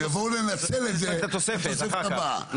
שיבואו לנצל את זה בתוספת הבאה,